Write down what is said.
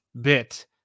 bit